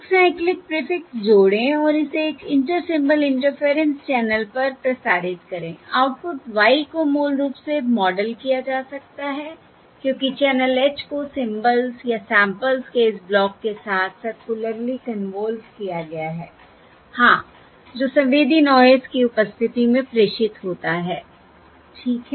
एक cyclic prefix जोड़ें और इसे एक इंटर सिंबल इंटरफेरेंस चैनल पर प्रसारित करें आउटपुट y को मूल रूप से मॉडल किया जा सकता है क्योंकि चैनल h को सिंबल्स या सैंपल्स के इस ब्लॉक के साथ सर्कुलरली कन्वॉल्वड किया गया है हाँ जो संवेदी नॉयस की उपस्थिति में प्रेषित होता है ठीक है